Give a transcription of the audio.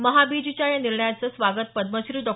महाबिजच्या या निर्णयाचं स्वागत पद्मश्री डॉ